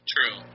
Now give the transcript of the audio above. True